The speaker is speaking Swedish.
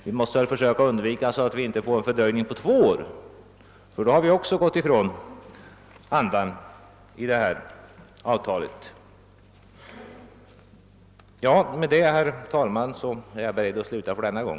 Vi måste försöka undvika att få en fördröjning på två år, ty då har vi gått ifrån andan i detta avtal. Med detta, herr talman, är jag beredd att sluta för denna gång.